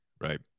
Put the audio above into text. Right